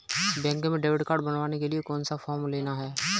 Bank में debit card बनवाने के लिए कौन सा फॉर्म लेना है?